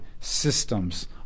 systems